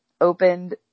opened